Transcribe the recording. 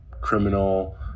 criminal